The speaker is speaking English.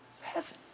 Heaven